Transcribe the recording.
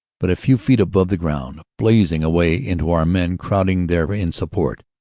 but a few feet above the ground, blazing away into our men, crowded there in sup port.